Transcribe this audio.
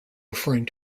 referring